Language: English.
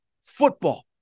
Football